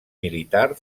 militar